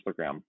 Instagram